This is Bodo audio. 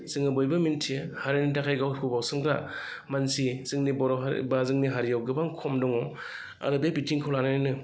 जोङो बयबो मिन्थियो हारिनि थाखाय गावखौ बाउसोमग्रा मानसि जोंनि बर' हारि बा जोंनि हारियाव गोबां खम दङ आरो बे बिथिंखौ लानानैनो